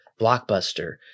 Blockbuster